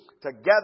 Together